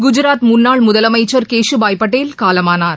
குஜராத் முன்னாள் முதலமைச்சர் கேஷூபாய் பட்டேல் காலமானார்